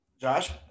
Josh